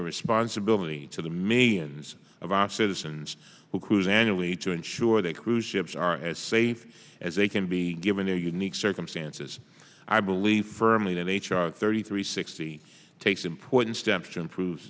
a responsibility to the millions of our citizens whose annually to ensure that cruise ships are as safe as they can be given their unique circumstances i believe firmly that h r thirty three sixty takes important steps